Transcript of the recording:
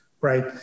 right